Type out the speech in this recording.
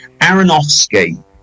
Aronofsky